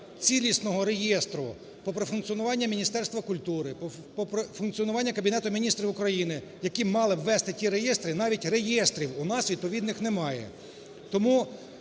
цілісного реєстру по функціонуванню Міністерства культури, по функціонуванню Кабінету Міністрів України, які б мали ввести ті реєстри, навіть реєстрів у нас відповідних немає.